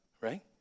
right